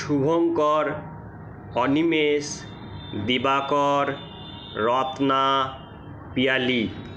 Shubhankar Animesh Dibakar Ratna Piyali